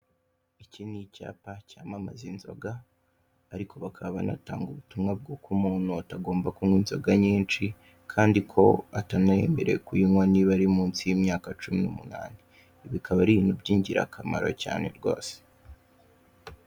Iki ni icyapa cyamamaza inzoga, ariko bakaba banatanga ubutumwa bw'uko umuntu atagomba kunywa inzoga nyinshi, kandi ko atanemerewe kuyinywa niba ari munsi y'imyaka cumi n'umunani ibi akaba ari ibintu by'ingirakamaro cyane rwose.